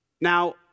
Now